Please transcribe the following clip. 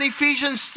Ephesians